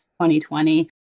2020